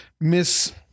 miss